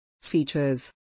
Features